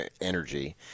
energy